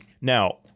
Now